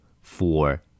Four